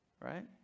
right